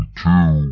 two